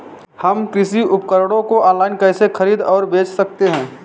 हम कृषि उपकरणों को ऑनलाइन कैसे खरीद और बेच सकते हैं?